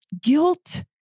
guilt